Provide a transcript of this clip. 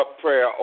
Prayer